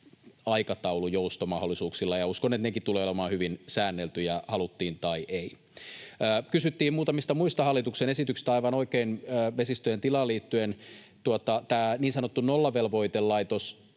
aikataulujoustomahdollisuuksilla, ja uskon, että nekin tulevat olemaan hyvin säänneltyjä, haluttiin tai ei. Kysyttiin muutamista muista hallituksen esityksistä, aivan oikein, vesistöjen tilaan liittyen. Tämä niin sanottu nollavelvoitelaitoslaki,